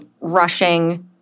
rushing